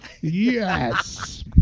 Yes